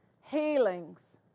healings